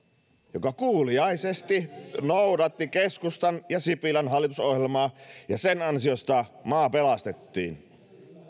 joka kuuliaisesti noudatti keskustan ja sipilän hallitusohjelmaa ja sen ansiosta maa pelastettiin